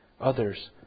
others